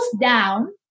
down